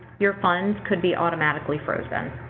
your funds could be automatically frozen.